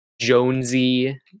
Jonesy